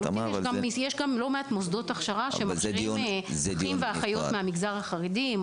יש גם לא מעט מוסדות שנותנים הכשרה לאחים ואחיות מהמגזר החרדי.